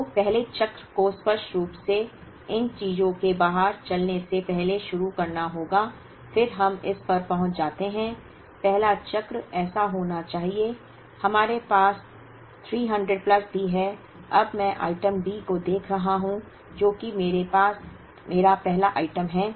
तो पहले चक्र को स्पष्ट रूप से इन चीजों के बाहर चलने से पहले शुरू करना होगा फिर हम इस पर पहुंच जाते हैं पहला चक्र ऐसा होना चाहिए हमारे पास 300 प्लस भी हैं अब मैं आइटम D को देख रहा हूं जो कि मेरा पहला आइटम है